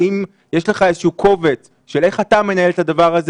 האם יש לך איזשהו קובץ של איך אתה מנהל את הדבר הזה